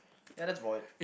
ya that's void